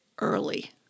early